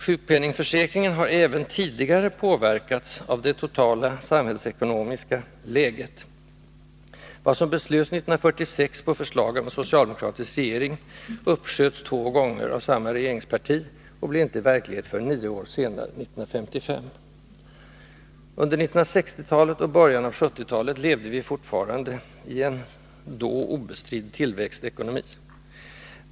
Sjukpenningförsäkringen har även tidigare påverkats av det totala samhällsekonomiska läget. Vad som beslöts 1946 på förslag av en socialdemokratisk regering uppsköts två gånger av samma regeringsparti och blev inte verklighet förrän nio år senare, 1955. Under 1960-talet och början av 1970-talet levde vi fortfarande i en då obestridd tillväxtekonomi.